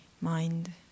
mind